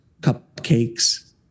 cupcakes